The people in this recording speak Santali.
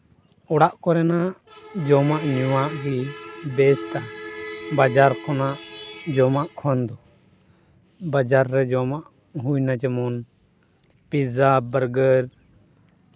ᱚᱲᱟᱜ ᱠᱚᱨᱮᱱᱟᱜ ᱡᱚᱢᱟᱜ ᱧᱩᱣᱟᱜ ᱜᱮ ᱵᱮᱥ ᱛᱟᱦᱮᱸ ᱵᱟᱡᱟᱨ ᱠᱷᱚᱱᱟᱜ ᱡᱚᱢᱟᱜ ᱠᱷᱚᱱ ᱫᱚ ᱵᱟᱡᱟᱨ ᱨᱮ ᱡᱚᱢᱟᱜ ᱦᱩᱭᱱᱟ ᱡᱮᱢᱚᱱ ᱯᱤᱡᱽᱡᱟ ᱵᱟᱨᱜᱟᱹᱨ